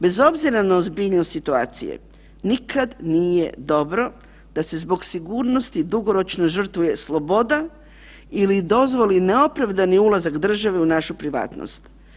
Bez obzira na ozbiljnost situacije, nikad nije dobro da se zbog sigurnosti dugoročno žrtvuje sloboda ili dozvoli neopravdani ulazak države u našu privatnost.